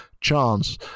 chance